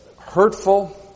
hurtful